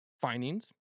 findings